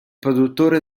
produttore